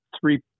three